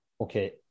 Okay